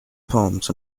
poems